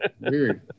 Weird